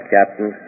Captain